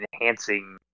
enhancing